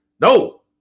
No